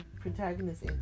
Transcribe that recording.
protagonist